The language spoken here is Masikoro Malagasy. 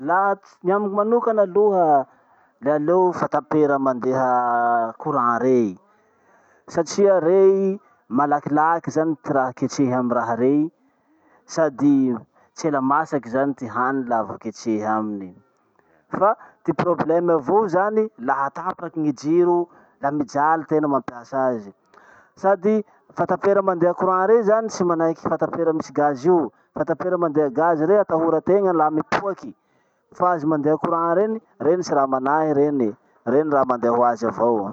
Laha ty amiko manokana aloha, le aleo fatapera mandeha courant rey. Satria rey malakilaky zany ty raha ketrehy amy raha rey, sady tsela masaky zany ty hany laha vao ketrehy aminy. Fa ty problemo avao zany, laha tapaky gny jiro, la mijaly tena mampiasa azy. Sady fatapera mandeha courant rey zany tsy manahaky fatapera misy gazy io. Fatapera mandeha gazy rey atahorategna laha mipoaky. Fa azy mandeha courant reny, reny tsy raha manahy reny, reny raha mandeha hoazy avao.